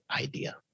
idea